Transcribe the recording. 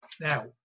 now